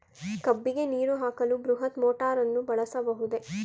ಕಬ್ಬಿಗೆ ನೀರು ಹಾಕಲು ಬೃಹತ್ ಮೋಟಾರನ್ನು ಬಳಸಬಹುದೇ?